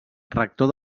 rector